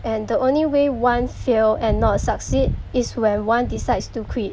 and the only way one fail and not succeed is when one decides to quit